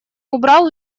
убрал